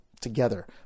together